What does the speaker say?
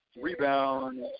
Rebound